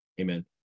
Amen